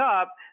up